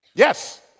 Yes